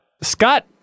Scott